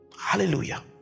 hallelujah